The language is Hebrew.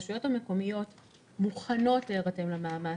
הרשויות המקומיות מוכנות להירתם למאמץ.